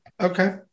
Okay